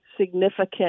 significant